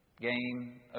Game